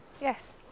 Yes